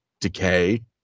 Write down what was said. Decay